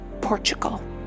Portugal